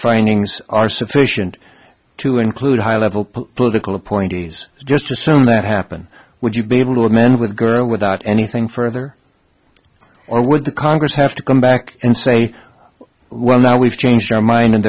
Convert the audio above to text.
findings are sufficient to include high level political appointees just assume that happen would you be able to amend with a girl without anything further or with the congress have to come back and say well now we've changed our mind and